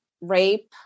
rape